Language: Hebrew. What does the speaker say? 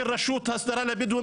של הרשות להסדרה לקידום,